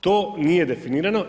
To nije definirano.